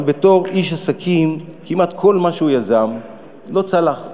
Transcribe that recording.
אבל בתור איש עסקים כמעט כל מה שהוא יזם לא צלח.